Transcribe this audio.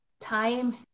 time